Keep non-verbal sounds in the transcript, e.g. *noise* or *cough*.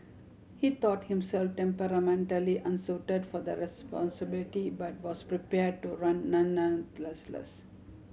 he thought himself temperamentally unsuited for the responsibility but was prepare to run *unintelligible* nonetheless